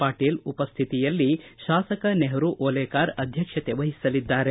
ಪಾಟೀಲ ಅವರು ಉಪಸ್ಟಿತಿಯಲ್ಲಿ ಶಾಸಕ ನೆಹರು ಓಲೇಕಾರ ಅಧ್ಯಕ್ಷತೆ ವಓಸಲಿದ್ದಾರೆ